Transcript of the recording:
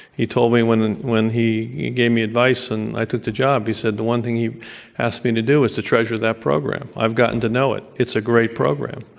he told me when, and when he he he gave me advice and i took the job. he said, the one thing he asked me to do was to treasure that program. i've gotten to know it. it's a great program,